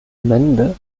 mende